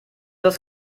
das